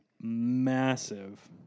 massive